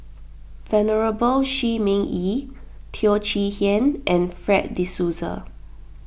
Venerable Shi Ming Yi Teo Chee Hean and Fred De Souza